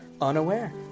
unaware